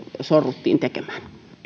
sorruttiin tekemään